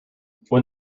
when